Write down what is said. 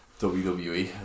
WWE